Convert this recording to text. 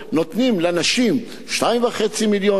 נותנים לנשים 2.5 מיליון,